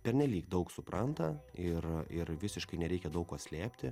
pernelyg daug supranta ir ir visiškai nereikia daug ko slėpti